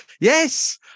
yes